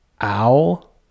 owl